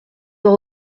aura